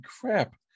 crap